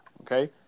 Okay